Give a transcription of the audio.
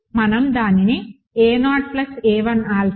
మనం దానిని a0 a1 alpha